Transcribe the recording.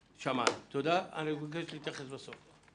שמענו, תודה, אני מבקש להתייחס בסוף.